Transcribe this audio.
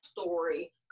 story